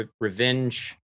revenge